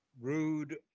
rude